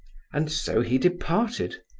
and so he departed.